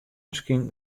miskien